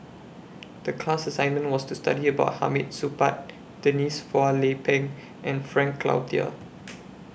The class assignment was to study about Hamid Supaat Denise Phua Lay Peng and Frank Cloutier